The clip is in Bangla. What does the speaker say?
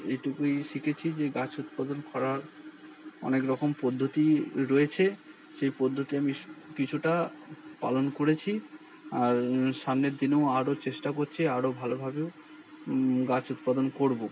এইটুকুই শিখেছি যে গাছ উৎপাদন করার অনেক রকম পদ্ধতি রয়েছে সেই পদ্ধতি আমি কিছুটা পালন করেছি আর সামনের দিনেও আরও চেষ্টা করছি আরও ভালোভাবেও গাছ উৎপাদন করব